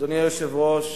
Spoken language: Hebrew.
אדוני היושב-ראש,